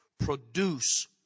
Produce